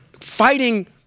fighting